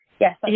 Yes